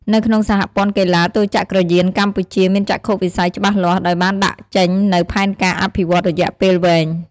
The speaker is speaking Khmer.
នៅក្នុងសហព័ន្ធកីឡាទោចក្រយានកម្ពុជាមានចក្ខុវិស័យច្បាស់លាស់ ដោយបានដាក់ចេញនូវផែនការអភិវឌ្ឍន៍រយៈពេលវែង។